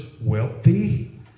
wealthy